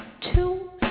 two